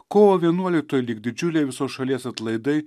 kovo vienuoliktoji lyg didžiuliai visos šalies atlaidai